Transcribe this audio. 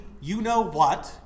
you-know-what